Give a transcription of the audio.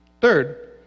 Third